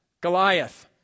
Goliath